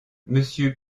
monsieur